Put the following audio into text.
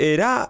Era